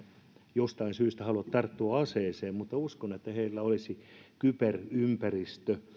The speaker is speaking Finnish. jostain syystä halua tarttua aseeseen mutta uskon että heillä olisi kyberympäristössä